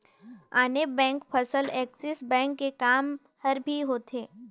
आने बेंक फसल Axis bank के काम हर भी होथे